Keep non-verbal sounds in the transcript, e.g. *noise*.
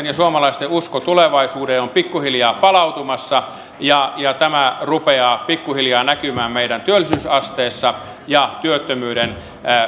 *unintelligible* ja suomalaisten usko tulevaisuuteen on pikkuhiljaa palautumassa ja ja tämä rupeaa pikkuhiljaa näkymään meidän työllisyysasteessa ja työttömyyden